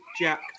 Jack